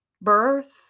Birth